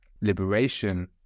liberation